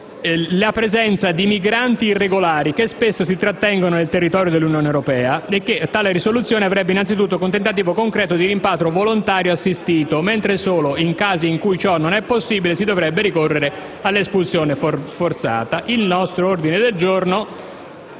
presenze di migranti irregolari che spesso si trattengono nei territori dell'UE; e che tale risoluzione avverrebbe innanzitutto con un tentativo concreto di rimpatrio volontario assistito, mentre solo in casi in cui ciò non sia possibile si dovrebbe ricorrere ad un'espulsione forzata. Ricordando come